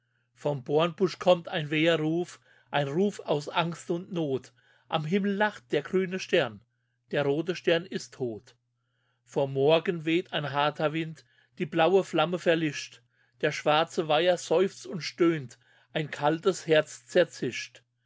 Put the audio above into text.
vom bornbusch kommt ein weher ruf ein ruf aus angst und not am himmel lacht der grüne stern der rote stern ist tot vom morgen weht ein harter wind die blaue flamme verlischt der schwarze weiher seufzt und stöhnt ein kaltes herz zerzischt